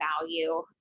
value